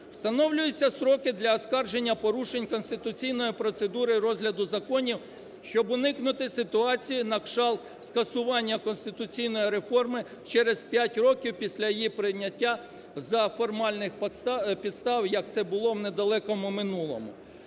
Встановлюються строки для оскарження порушень конституційної процедури розгляду законів, щоб уникнути ситуації на кшталт скасування конституційної реформи через 5 років після її прийняття за формальних підстав, як це було в недалекому минулому.